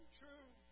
true